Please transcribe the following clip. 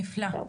נפלא.